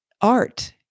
art